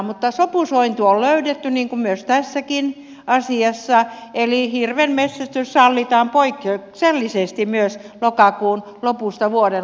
mutta sopusointu on löydetty niin kuin myös tässäkin asiassa eli hirvenmetsästys sallitaan poikkeuksellisesti myös lokakuun lopusta vuoden loppuun